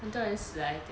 很多人死 I think